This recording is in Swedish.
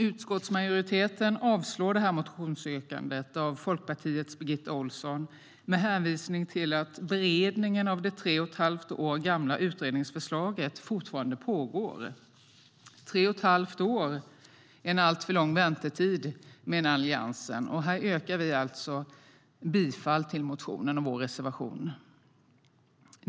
Utskottsmajoriteten avstyrker motionsyrkandet av Folkpartiets Birgitta Ohlsson med hänvisning till att beredningen av det tre och ett halvt år gamla utredningsförslaget fortfarande pågår. Tre och ett halvt år är en alltför lång väntetid menar Alliansen, och här yrkar vi alltså bifall till motionen och vår reservation.